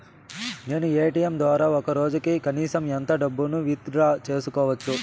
నేను ఎ.టి.ఎం ద్వారా ఒక రోజుకి కనీసం ఎంత డబ్బును విత్ డ్రా సేసుకోవచ్చు?